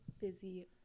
busy